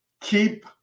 keep